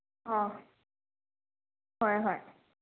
ꯑꯣ ꯍꯣꯏ ꯍꯣꯏ